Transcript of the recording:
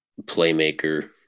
playmaker